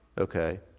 Okay